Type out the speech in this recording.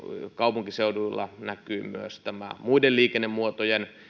kaupunkiseuduilla näkyy myös muiden liikennemuotojen